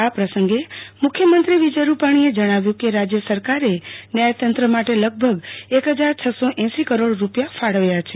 આ પ્રસંગે મુખ્યમંત્રી વિજય રૂપાણીએ જણાવ્યું કે રાજ્ય સરકારે ન્યાયતંત્ર માટે લગભગ એક હજાર છસો એંસી કરોડ રૂપિયા ફાળવ્યા છે